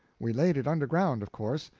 we laid it under ground, of course,